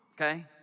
okay